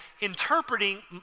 interpreting